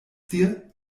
dir